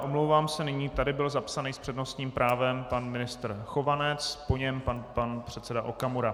Omlouvám se, nyní tady byl zapsaný s přednostním právem pan ministr Chovanec, po něm pan předseda Okamura.